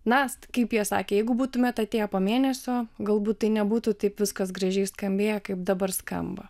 na kaip jie sakė jeigu būtumėt atėję po mėnesio galbūt tai nebūtų taip viskas gražiai skambėję kaip dabar skamba